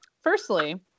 Firstly